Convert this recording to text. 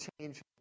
change